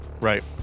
right